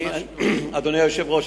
אדוני היושב-ראש,